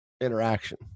interaction